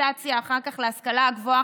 כאקרדיטציה אחר כך להשכלה גבוהה.